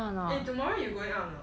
eh tomorrow you going out or not